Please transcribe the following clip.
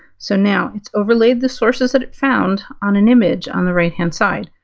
so, now it's overlaid the sources that it found on an image on the right hand side.